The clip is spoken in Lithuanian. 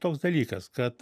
toks dalykas kad